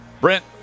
Brent